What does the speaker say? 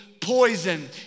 poison